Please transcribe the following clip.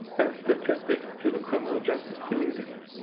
and statistics to the criminal justice community.